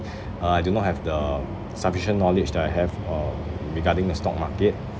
uh I do not have the sufficient knowledge that I have uh regarding the stock market